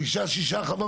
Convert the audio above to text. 5 או 6 חברות.